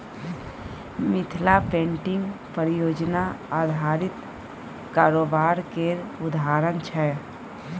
Mithila painting परियोजना आधारित कारोबार केर उदाहरण छै